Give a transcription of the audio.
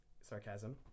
sarcasm